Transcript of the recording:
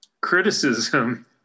criticism